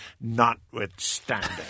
notwithstanding